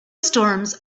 storms